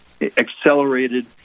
accelerated